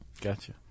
Gotcha